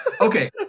okay